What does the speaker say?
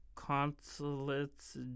Consulates